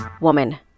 woman